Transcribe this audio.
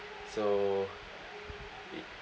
so